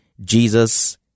Jesus